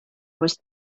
was